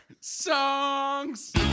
songs